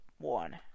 one